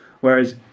Whereas